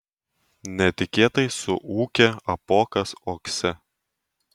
netikėtai suūkia apuokas uokse